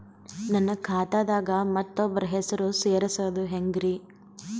ನನ್ನ ಖಾತಾ ದಾಗ ಮತ್ತೋಬ್ರ ಹೆಸರು ಸೆರಸದು ಹೆಂಗ್ರಿ?